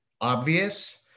obvious